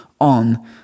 on